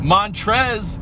Montrez